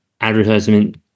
advertisement